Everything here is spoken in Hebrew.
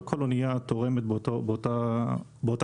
לא כל אנייה תורמת את אותה התרומה.